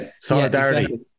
solidarity